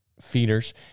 feeders